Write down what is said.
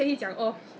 so it's like when